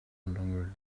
longer